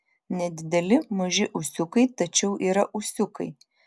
nedideli maži ūsiukai tačiau yra ūsiukai